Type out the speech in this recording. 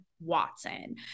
watson